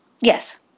Yes